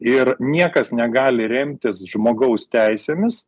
ir niekas negali remtis žmogaus teisėmis